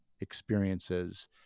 experiences